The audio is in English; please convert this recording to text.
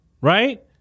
Right